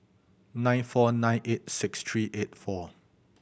nine four nine eight six three eight four